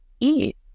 eat